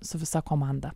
su visa komanda